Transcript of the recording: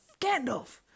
Gandalf